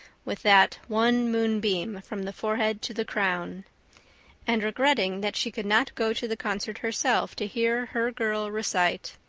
with that one moonbeam from the forehead to the crown and regretting that she could not go to the concert herself to hear her girl recite.